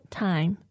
time